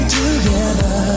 together